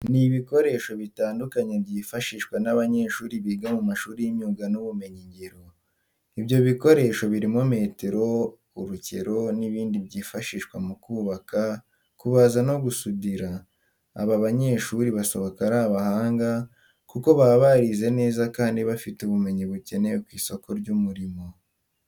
Ni ibikoresho bitandukanye byifashishwa n'abanyeshuri biga mu mashuri y'imyuga n'ubumenyingiro. Ibyo bikoresho birimo metero, urukero, n'ibindi byifashishwa mu kubaka, kubaza, gusudira. Aba banyeshuri basohoka ari abahanga kuko baba barize neza kandi bafite ubumenyi bukenewe ku isoko ry'umurimo.